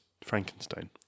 Frankenstein